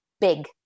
big